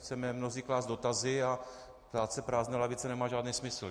Chceme mnozí klást dotazy a ptát se prázdné lavice nemá žádný smysl.